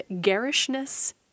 garishness